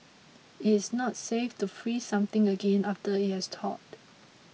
it's not safe to freeze something again after it has thawed